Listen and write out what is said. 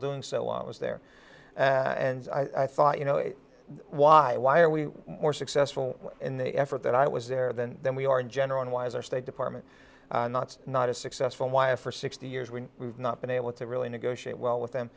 doing so and was there and i thought you know why why are we more successful in the effort that i was there than than we are in general and why is our state department not not as successful why it for sixty years when we've not been able to really negotiate well with